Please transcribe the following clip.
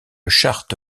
charte